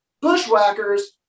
Bushwhackers